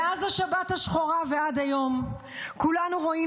מאז השבת השחורה ועד היום כולנו רואים